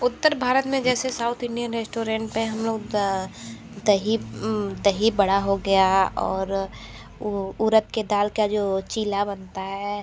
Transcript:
उत्तर भारत में जैसे south Indian restaurant हैं हम लोग दही दही बड़ा हो गया और वो उरद के दाल का जो चीला बनता है